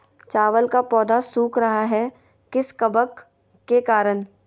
चावल का पौधा सुख रहा है किस कबक के करण?